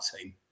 team